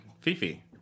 Fifi